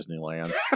Disneyland